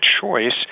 choice